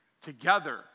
together